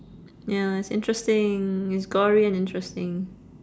ya it's interesting it's gory and interesting